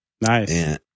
Nice